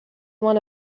one